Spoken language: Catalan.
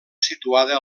situada